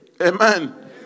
Amen